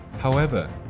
however,